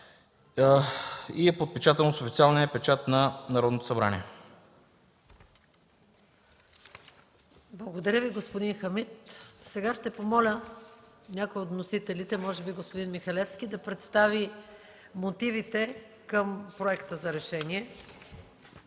и е подпечатано с официалния печат на Народното събрание. ПРЕДСЕДАТЕЛ МАЯ МАНОЛОВА: Благодаря Ви, господин Хамид. Ще помоля някой от вносителите може би господин Михалевски да представи мотивите към проекта за решение,